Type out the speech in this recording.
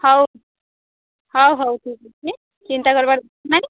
ହଉ ହଉ ହଉ ଠିକ ଅଛି ଚିନ୍ତା କରିବାର କିଛି ନାହିଁ